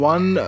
One